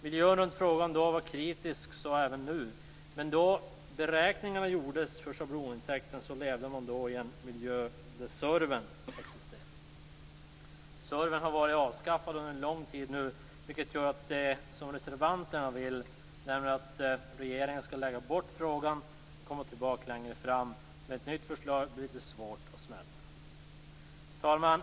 Miljön runt frågan då var kritisk - så även nu. Men då beräkningarna för schablonintäkten gjordes levde man i en miljö där SURV:en existerade. Den har nu varit avskaffad under lång tid. Därför blir det som reservanterna vill, nämligen att regeringen skall lägga bort frågan och komma tillbaka med ett nytt förslag lite längre fram, lite svårt att smälta. Herr talman!